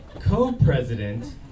Co-president